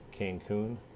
Cancun